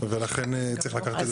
ולכן צריך לקחת את זה בחשבון.